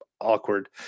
awkward